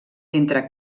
entre